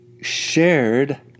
shared